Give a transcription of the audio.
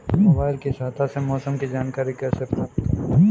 Mobile की सहायता से मौसम की जानकारी कैसे प्राप्त करें?